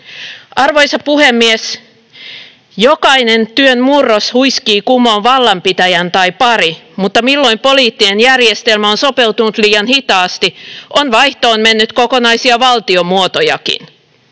Arvoisa puhemies! Jokainen työn murros huiskii kumoon vallanpitäjän tai pari, mutta milloin poliittinen järjestelmä on sopeutunut liian hitaasti, on vaihtoon mennyt kokonaisia valtiomuotojakin.